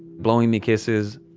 blowing me kisses,